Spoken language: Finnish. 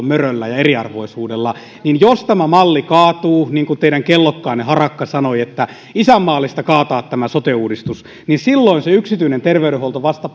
möröllä ja eriarvoisuudella niin jos tämä malli kaatuu niin kuin teidän kellokkaanne harakka sanoi että on isänmaallista kaataa tämä sote uudistus niin silloin se yksityinen terveydenhuolto vasta